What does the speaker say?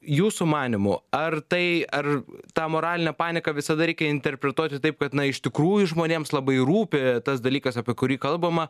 jūsų manymu ar tai ar tą moralinę paniką visada reikia interpretuoti taip kad na iš tikrųjų žmonėms labai rūpi tas dalykas apie kurį kalbama